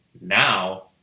now